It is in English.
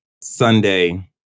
Sunday